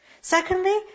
Secondly